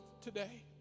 today